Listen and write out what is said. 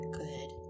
good